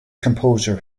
composer